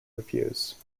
reviews